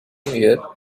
year